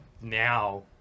now